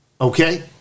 okay